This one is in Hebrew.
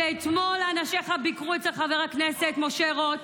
שאתמול אנשיך ביקרו אצל חבר הכנסת משה רוט,